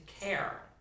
care